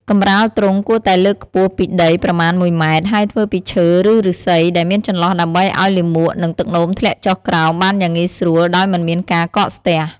កម្រាលទ្រុងគួរតែលើកខ្ពស់ពីដីប្រមាណមួយម៉ែត្រ ហើយធ្វើពីឈើឬឬស្សីដែលមានចន្លោះដើម្បីឲ្យលាមកនិងទឹកនោមធ្លាក់ចុះក្រោមបានយ៉ាងងាយស្រួលដោយមិនមានការកកស្ទះ។